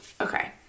Okay